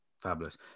fabulous